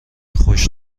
خوش